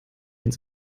ins